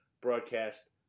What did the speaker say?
broadcast